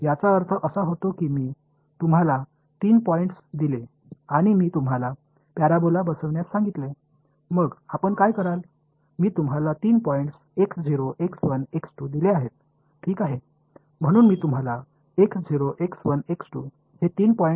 எனவே இதைச் செய்வதற்கான ஒரு முறையான வழி உள்ளது அதைப் பற்றி நாம் பேசுவோம் ஆனால் நான் உங்களுக்கு மூன்று புள்ளிகளைக் கொடுத்து ஒரு பரபோலா வைப் பொருத்தும்படிகேட்டாள்